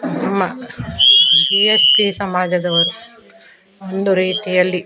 ನಮ್ಮ G S B ಸಮಾಜದವರು ಒಂದು ರೀತಿಯಲ್ಲಿ